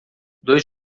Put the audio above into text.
dois